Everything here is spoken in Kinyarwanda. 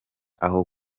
aho